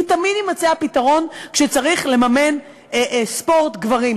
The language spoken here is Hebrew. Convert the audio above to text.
כי תמיד יימצא הפתרון כשצריך לממן ספורט גברים.